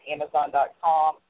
Amazon.com